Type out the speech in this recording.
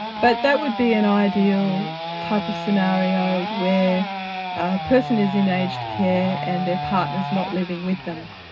but that would be an ideal type of scenario where a person is in aged care and their partner is not living with them.